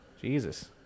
Jesus